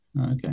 okay